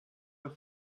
mehr